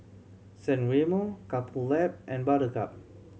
San Remo Couple Lab and Buttercup